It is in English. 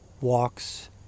walks